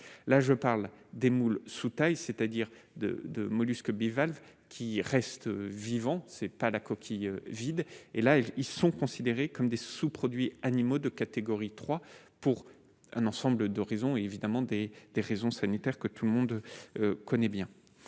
là je parle des moules sous taille c'est-à-dire de de mollusques bivalves qui reste vivant, ce n'est pas la coquille vide et là ils sont considérés comme des sous-produits animaux de catégorie 3 pour un ensemble d'raisons évidemment des des raisons sanitaires, que tout le monde connaît bien